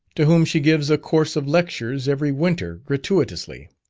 to whom she gives a course of lectures every winter gratuitously.